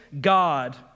God